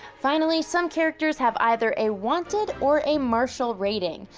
finally, some characters have either a wanted or a marshal rating,